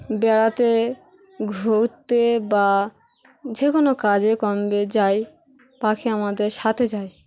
বেড়াতে ঘুরতে বা যে কোনো কাজে কর্মে যাই পাখি আমাদের সাথে যায়